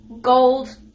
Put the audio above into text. gold